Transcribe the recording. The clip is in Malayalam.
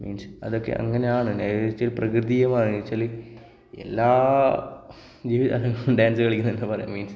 മീൻസ് അതൊക്കെ അങ്ങനെയാണ് എന്നു വച്ചാൽ പ്രകൃതിയെ എന്നു വച്ചാൽ എല്ലാ ജീവിജാലങ്ങൾക്കും ഡാൻസ് കളിക്കുന്നത് എന്നു തന്നെ പറയാം മീൻസ്